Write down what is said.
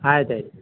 ಆಯ್ತು ಆಯ್ತು